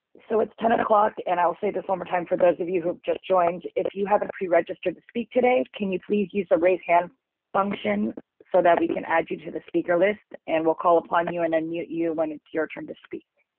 so it's ten o'clock, and i'll say this one more time. for those of you who just joined. if you haven't pre registered to speak today. can you please use the raise hand function so that we can add you to the speaker list and we'll call upon you and unmute you when it's your turn to speak.